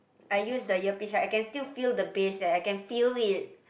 I use the earpiece right I can still feel the bass eh I can feel it